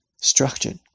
structured